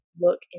look